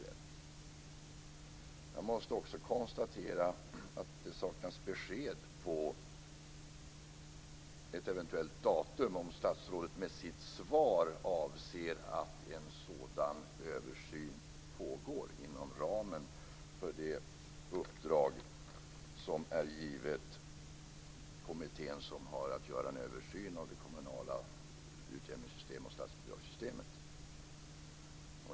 Jag måste också konstatera att det saknas besked om ett eventuellt datum, om statsrådet med sitt svar avser att en sådan översyn pågår inom ramen för det uppdrag som är givet kommittén som har att göra en översyn av det kommunala utjämningssystemet och statsbidragssystemet.